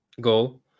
goal